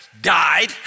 died